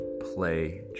play